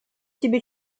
тебе